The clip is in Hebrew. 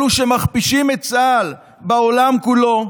אלו שמכפישים את צה"ל בעולם כולו,